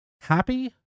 happy